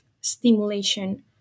stimulation